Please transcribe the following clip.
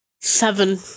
seven